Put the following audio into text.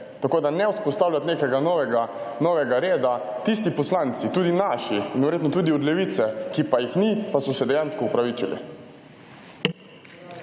Tako ne vzpostavljati nekega novega reda. Tisti poslanci, tudi naši in verjetno tudi Levice, ki pa jih ni, pa so se dejansko opravičili.